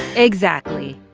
exactly.